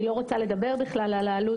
אני לא רוצה לדבר בכלל על העלות,